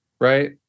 right